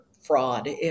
fraud